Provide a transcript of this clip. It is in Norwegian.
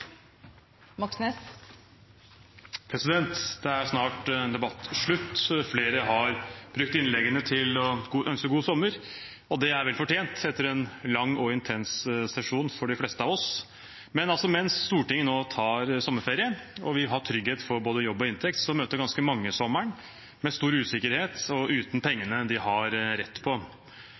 snart debatten slutt. Flere har brukt innleggene til å ønske god sommer. Det er velfortjent etter en lang og intens sesjon for de fleste av oss. Men mens Stortinget nå snart tar sommerferie, og vi har trygghet for både hjem og inntekt, møter ganske mange sommeren med stor usikkerhet og uten pengene de har rett på.